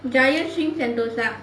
giant swing sentosa